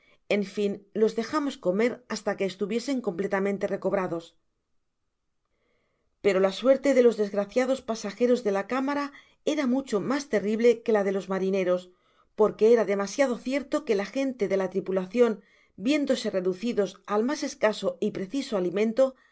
en fin los dejamos comer hasta que estuviesen completamente recobrados pero la suerte de los desgraciados pasajeros de la cámara era mucho mas terrible que la de los marineros porque era demasiado cierto que la gente de la tripulacion viéndose reducidos al mas escaso y preciso alimento